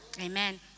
Amen